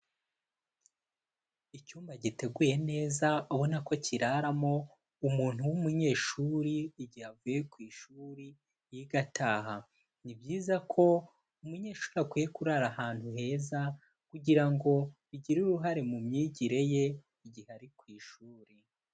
Icyumba giteguye neza, ubona ko kiraramo umuntu w'umunyeshuri igihe avuye ku ishuri, yiga ataha. Ni byiza ko umunyeshuri akwiye kurara ahantu heza, kugira ngo bigire uruhare mu myigire ye igihe ari ku ishuri.